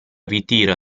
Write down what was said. ritiro